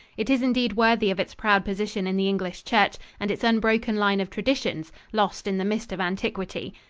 it is indeed worthy of its proud position in the english church and its unbroken line of traditions, lost in the mist of antiquity.